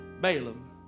Balaam